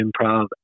improv